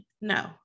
No